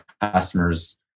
customers